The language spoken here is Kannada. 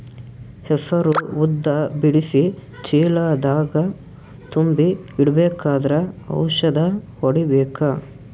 ಹೆಸರು ಉದ್ದ ಬಿಡಿಸಿ ಚೀಲ ದಾಗ್ ತುಂಬಿ ಇಡ್ಬೇಕಾದ್ರ ಔಷದ ಹೊಡಿಬೇಕ?